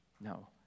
No